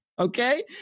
Okay